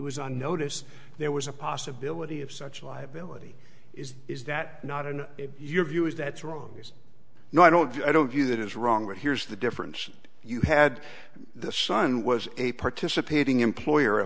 was on notice there was a pos ability of such liability is is that not in your view is that's wrong no i don't i don't view that is wrong but here's the difference you had the sun was a participating employer